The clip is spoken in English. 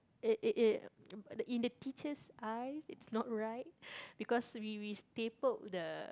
it it it in the teacher's eyes it's not right because we we stapled the